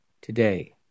today